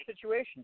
situation